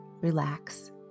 Relax